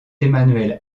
emanuel